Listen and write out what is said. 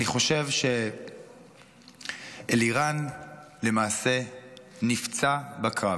אני חושב שאלירן למעשה נפצע בקרב.